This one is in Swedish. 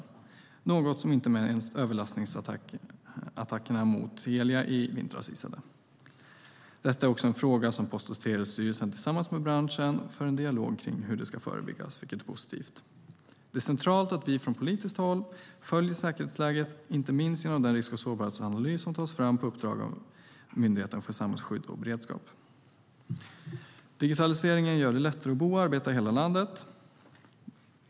Det är något som inte minst överlastningsattackerna mot Telia i vintras visade. Detta är också en fråga som Post och telestyrelsen tillsammans med branschen för en dialog om hur det ska förebyggas, vilket är positivt. Det är centralt att vi från politiskt håll följer säkerhetsläget, inte minst genom den risk och sårbarhetsanalys som tas fram på uppdrag av Myndigheten för samhällsskydd och beredskap. Digitaliseringen gör det lättare att bo och arbeta i hela landet.